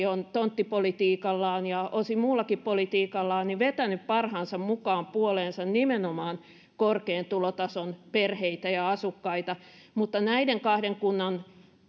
on tonttipolitiikallaan ja osin muullakin politiikallaan vetänyt parhaansa mukaan puoleensa nimenomaan korkean tulotason perheitä ja asukkaita mutta näiden kahden kunnan